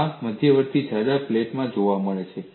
અને આ મધ્યવર્તી જાડા પ્લેટોમાં જોવા મળે છે